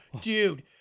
dude